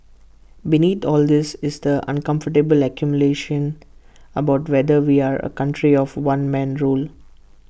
beneath all this is the uncomfortable accusation about whether we are A country of one man rule